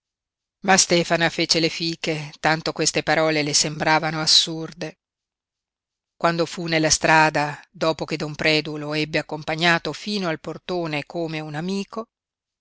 ma stefana fece le fiche tanto queste parole le sembravano assurde quando fu nella strada dopo che don predu lo ebbe accompagnato fino al portone come un amico